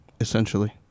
essentially